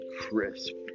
crisp